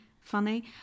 funny